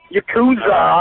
Yakuza